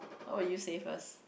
how about you say first